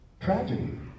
tragedy